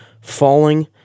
falling